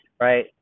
right